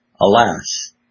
alas